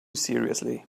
seriously